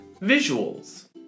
visuals